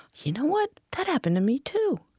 you know what? that happened to me, too